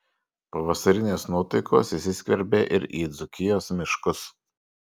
pavasarinės nuotaikos įsiskverbė ir į dzūkijos miškus